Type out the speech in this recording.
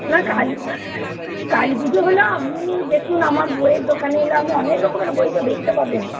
না কালী কালী পুজো হলো আপনি দেখুন আমার বইয়ের দোকানে এল আপনি অনেক রকমের বই তো দেখতে পাবেন